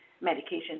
medication